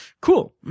Cool